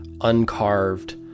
uncarved